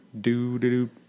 Do-do-do